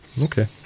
Okay